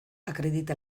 acredita